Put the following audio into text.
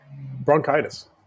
Bronchitis